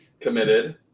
committed